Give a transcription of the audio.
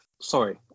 Sorry